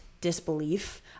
disbelief